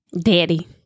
Daddy